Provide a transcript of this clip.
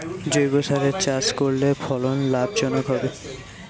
জৈবসারে চাষ করলে ফলন লাভজনক হবে?